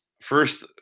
first